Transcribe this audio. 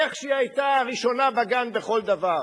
איך היא היתה הראשונה בגן בכל דבר,